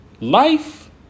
life